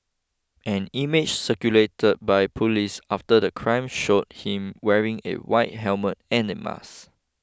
an image circulated by police after the crime showed him wearing a white helmet and a mask